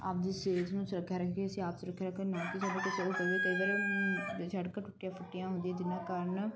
ਆਪਣੀ ਸਿਹਤ ਨੂੰ ਸੁਰੱਖਿਆ ਰੱਖਈਏ ਅਸੀਂ ਆਪ ਸੁਰੱਖਿਆ ਰੱਖੀਏ ਨਾ ਕਿਸੇ ਹੋਰ ਕਹੀਏ ਕਈ ਵਾਰ ਸੜਕਾਂ ਟੁੱਟੀਆਂ ਫੁੱਟੀਆਂ ਹੁੰਦੀਆਂ ਜਿਨ੍ਹਾਂ ਕਾਰਣ